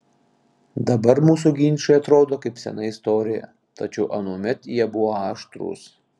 dabar mūsų ginčai atrodo kaip sena istorija tačiau anuomet jie buvo aštrūs